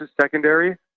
secondary